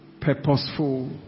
purposeful